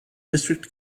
district